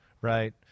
Right